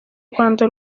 rwanda